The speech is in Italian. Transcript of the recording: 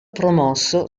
promosso